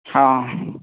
ହଁ